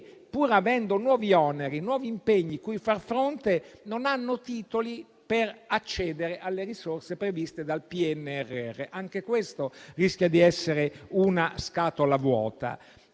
pur avendo nuovi oneri e nuovi impegni cui far fronte, non hanno titoli per accedere alle risorse previste dal PNRR. Anche questo rischia di essere una scatola vuota.